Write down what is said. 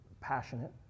passionate